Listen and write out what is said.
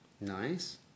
nice